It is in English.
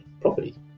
property